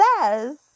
Says